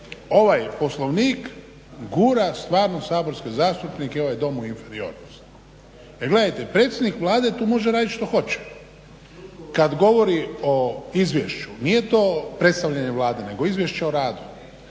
ovaj Poslovnik gura stvarno saborske zastupnike i ovaj Dom u inferiornost. Jer gledajte predsjednik Vlade tu može raditi što hoće. Kad govori o izvješću nije to predstavljanje Vlade nego Izvješće o radu,